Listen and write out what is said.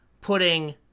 putting